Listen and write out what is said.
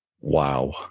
wow